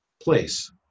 place